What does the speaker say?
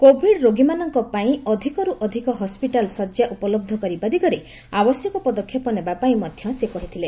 Covid ରୋଗୀମାନଙ୍କ ପାଇଁ ଅଧିକର୍ ଅଧିକ ହସ୍ପିଟାଲ ଶଯ୍ୟା ଉପଲବ୍ଧ କରିବା ଦିଗରେ ଆବଶ୍ୟକ ପଦକ୍ଷେପ ନେବା ପାଇଁ ମଧ୍ୟ ସେ କହିଥିଲେ